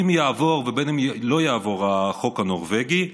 בין אם יעבור ובין אם לא יעבור החוק הנורבגי,